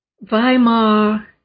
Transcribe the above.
Weimar